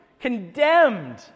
condemned